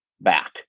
back